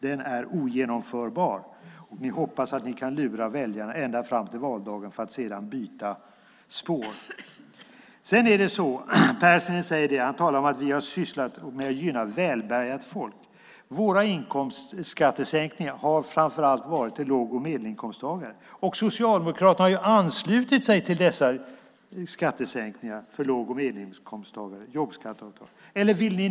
Den är ogenomförbar. Ni hoppas att ni kan lura väljarna ända fram till valdagen för att sedan byta spår. Pärssinen talar om att vi har sysslat med att gynna välbärgat folk. Våra inkomstskattesänkningar har framför allt varit till låg och medelinkomsttagare. Och Socialdemokraterna har ju anslutit sig till dessa skattesänkningar för låg och medelinkomsttagare, med jobbskatteavdraget.